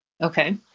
Okay